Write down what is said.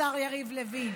השר יריב לוין,